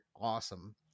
awesome